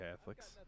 catholics